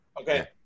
okay